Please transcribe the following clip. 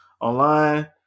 online